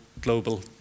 global